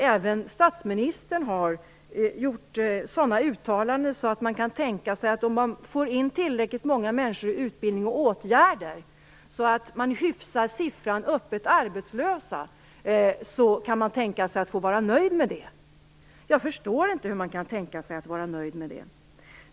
Även statsministern har gjort uttalanden som kan tolkas som att om vi bara får in tillräckligt många människor i utbildning och åtgärder så att antalet öppet arbetslösa hyfsas kan man tänka sig att vara nöjd med det. Jag förstår inte hur man kan tänka sig att vara nöjd med det.